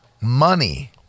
money